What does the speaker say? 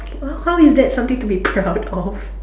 uh how is that something to be proud of